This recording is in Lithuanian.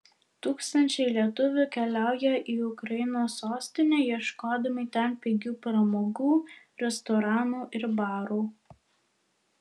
tūkstančiai lietuvių keliaują į ukrainos sostinę ieškodami ten pigių pramogų restoranų ir barų